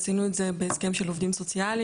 עשינו את זה בהסכם של עובדים סוציאליים,